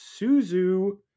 Suzu